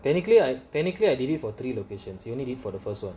technically I technically I did it for three locations you only did it for the first [one]